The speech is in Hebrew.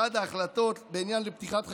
מחד גיסא, החלטות בעניין פתיחת חקירה,